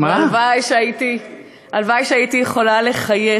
הלוואי שהייתי יכולה לחייך,